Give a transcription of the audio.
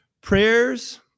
Prayers